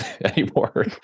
anymore